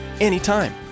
anytime